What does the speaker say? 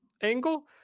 angle